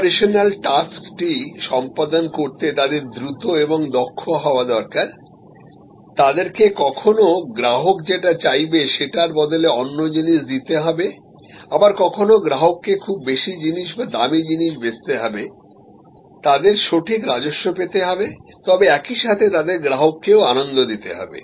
operational টাস্কটি সম্পাদন করতে তাদের দ্রুত এবং দক্ষ হওয়া দরকার তাদেরকে কখনো গ্রাহক যেটা চাইবে সেটার বদলে অন্য জিনিস দিতে হবে আবার কখনো গ্রাহককে বেশি জিনিস বা দামি জিনিস বেচতে হবে তাদের সঠিক রাজস্ব পেতে হবে তবে একই সাথে তাদের গ্রাহককে আনন্দ দিতে হবে